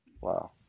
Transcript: Wow